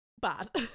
bad